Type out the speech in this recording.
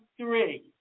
three